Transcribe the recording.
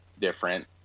different